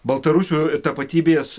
baltarusių tapatybės